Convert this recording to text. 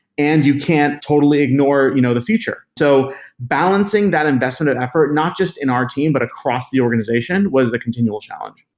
and you can't totally ignore you know the future. so balancing that investment and effort, not just in our team but across the organization, was the continual challenge.